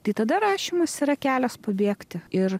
tai tada rašymas yra kelias pabėgti ir